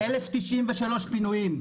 1093 פינויים,